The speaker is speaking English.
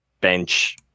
bench